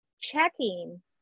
checking